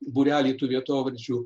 būrelį tų vietovardžių